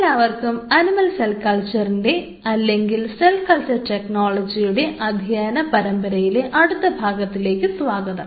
എല്ലാവർക്കും animal cell കൾച്ചറിൻറെ അല്ലെങ്കിൽ സെൽ കൾച്ചർ ടെക്നോളജിയുടെ അധ്യായന പരമ്പരയിലെ അടുത്ത ഭാഗത്തിലേക്ക് സ്വാഗതം